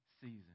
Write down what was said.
season